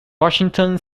washington